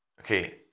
Okay